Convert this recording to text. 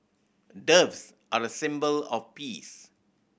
doves are a symbol of peace